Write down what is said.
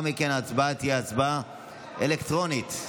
מכן ההצבעה תהיה הצבעה אלקטרונית.